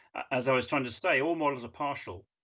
as i was trying to say, all models are partial.